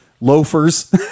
loafers